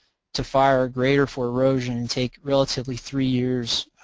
to fire, are greater for erosion and take relatively three years